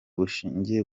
bushingiye